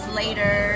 later